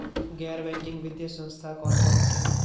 गैर बैंकिंग वित्तीय संस्था कौन कौन सी हैं?